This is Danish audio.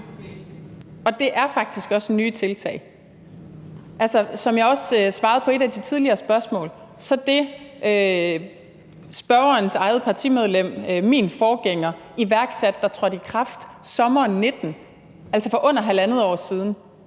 og det er faktisk også nye tiltag. Som jeg også svarede på et af de tidligere spørgsmål, så er det, spørgerens eget partimedlem, min forgænger, iværksatte, og som trådte i kraft i sommeren 2019, altså for under halvandet år siden,